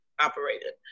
operated